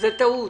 שזו טעות,